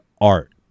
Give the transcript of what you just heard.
art